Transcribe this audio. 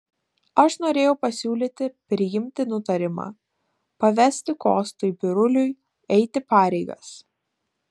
aš norėjau pasiūlyti priimti nutarimą pavesti kostui biruliui eiti pareigas